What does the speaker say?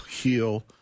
heal